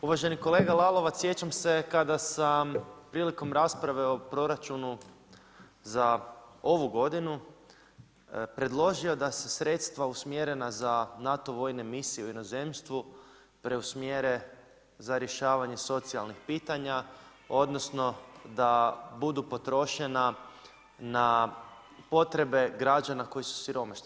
Uvaženi kolega Lalovac, sjećam se kada sam prilikom rasprave o proračunu za ovu godinu predložio da se sredstva usmjerena za NATO vojne misije u inozemstvu preusmjere za rješavanje socijalnih pitanja, odnosno da budu potrošena na potrebe građana koji su siromašni.